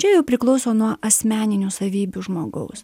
čia jau priklauso nuo asmeninių savybių žmogaus